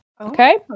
Okay